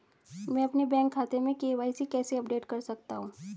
मैं अपने बैंक खाते में के.वाई.सी कैसे अपडेट कर सकता हूँ?